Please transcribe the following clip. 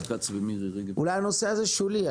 אולי הנושא הזה שולי.